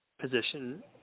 position